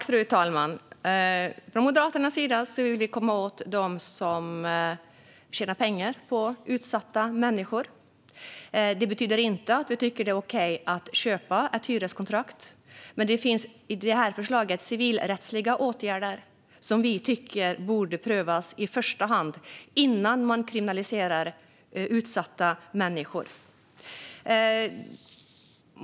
Fru talman! Från Moderaternas sida vill vi komma åt dem som tjänar pengar på utsatta människor. Det betyder inte att vi tycker att det är okej att köpa ett hyreskontrakt. Men det finns i detta förslag civilrättsliga åtgärder som vi tycker borde prövas i första hand, innan man kriminaliserar utsatta människor.